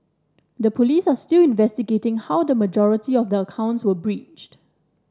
the Police are still investigating how the majority of the accounts were breached